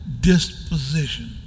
disposition